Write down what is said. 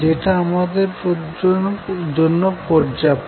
যেটা আমাদের জন্য পর্যাপ্ত